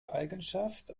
eigenschaft